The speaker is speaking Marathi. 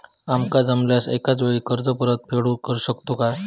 आमका जमल्यास एकाच वेळी कर्ज परत फेडू शकतू काय?